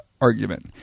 argument